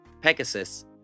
Pegasus